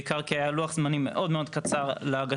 בעיקר כי היה לוח זמנים מאוד מאוד קצר להגשות.